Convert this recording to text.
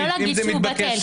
לא להגיד שהוא בטל.